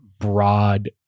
broad